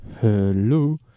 Hello